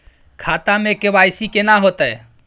खाता में के.वाई.सी केना होतै?